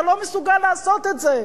אתה לא מסוגל לעשות את זה.